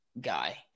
guy